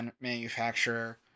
manufacturer